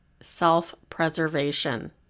self-preservation